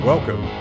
Welcome